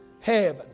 Heaven